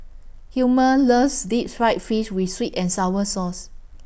Hilmer loves Deep Fried Fish with Sweet and Sour Sauce